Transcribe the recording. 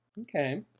Okay